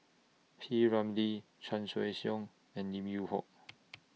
P Ramlee Chan Choy Siong and Lim Yew Hock